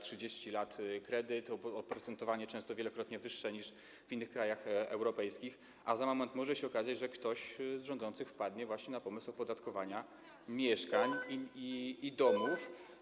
30 lat - kredyt, oprocentowanie często wielokrotnie wyższe niż w innych krajach europejskich, a za moment może się okazać, że ktoś z rządzących wpadnie właśnie na pomysł opodatkowania mieszkań i domów.